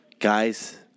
guys